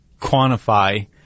quantify